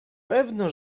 pewno